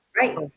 Right